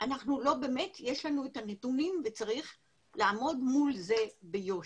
לא באמת יש לנו את הנתונים וצריך לעמוד מול זה ביושר.